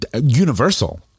Universal